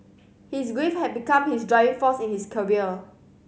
his grief had become his driving force in his career